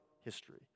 history